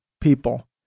people